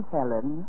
Helen